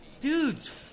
Dude's